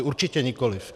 Určitě nikoli.